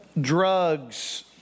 drugs